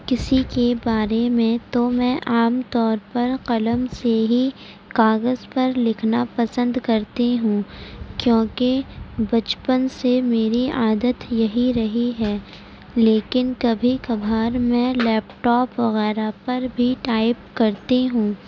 کسی کے بارے میں تو میں عام طور پر قلم سے ہی کاغذ پر لکھنا پسند کرتی ہوں کیونکہ بچپن سے میری عادت یہی رہی ہے لیکن کبھی کبھار میں لیپ ٹاپ وغیرہ پر بھی ٹائپ کرتی ہوں